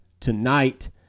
Tonight